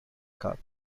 cup